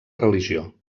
religió